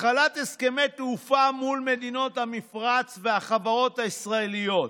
החלת הסכמי תעופה מול מדינות המפרץ והחברות הישראליות.